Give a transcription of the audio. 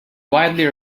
widely